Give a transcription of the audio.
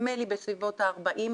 נדמה לי בסביבות 40,